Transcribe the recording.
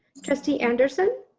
trustee anderson.